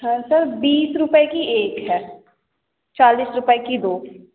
हाँ सर बीस रुपए की एक है चालिस रुपए की दो